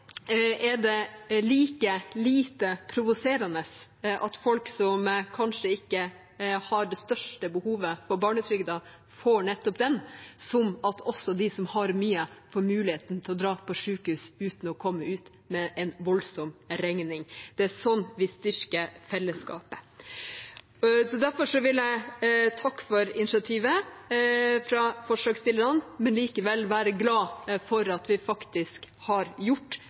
er det er like lite provoserende at folk som kanskje ikke har det største behovet for barnetrygden, får nettopp den, som at også de som har mye, får muligheten til å dra på sykehus uten å komme ut med en voldsom regning. Det er sånn vi styrker fellesskapet. Derfor vil jeg takke for initiativet fra forslagsstillerne, men er likevel glad for at vi faktisk har gjort